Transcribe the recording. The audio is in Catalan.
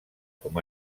com